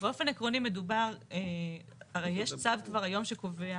באופן עקרוני מדובר, הרי יש צו כבר היום שקובע